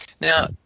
Now